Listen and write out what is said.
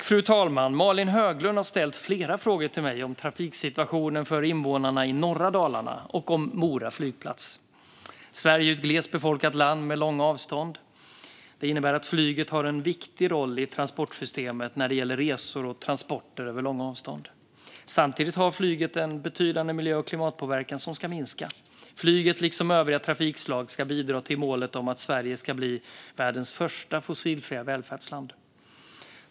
Fru talman! Malin Höglund har ställt flera frågor till mig om trafiksituationen för invånarna i norra Dalarna och om Mora flygplats. Sverige är ett glest befolkat land med långa avstånd. Det innebär att flyget har en viktig roll i transportsystemet när det gäller resor och transporter över långa avstånd. Samtidigt har flyget en betydande miljö och klimatpåverkan som ska minska. Flyget, liksom övriga trafikslag, ska bidra till målet om att Sverige ska bli världens första fossilfria välfärdsland.